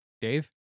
Dave